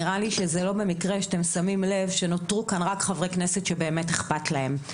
נראה לי שלא במקרה נותרו פה רק חברי כנסת שבאמת אכפת להם.